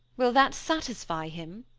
will that satisfy him?